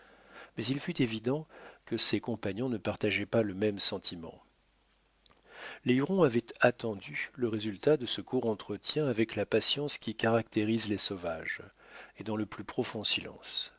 mais il fut évident que ses compagnons ne partageaient pas le même sentiment les hurons avaient attendu le résultat de ce court entretien avec la patience qui caractérise les sauvages et dans le plus profond silence